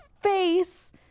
face